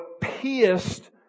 pierced